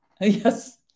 yes